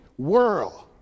world